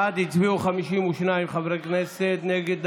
בעד הצביעו 52 חברי כנסת, נגד,